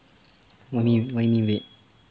what you mean what you mean red